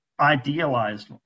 idealized